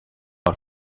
god